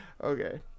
Okay